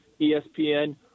ESPN